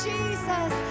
Jesus